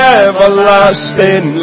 everlasting